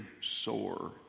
sore